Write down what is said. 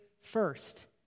first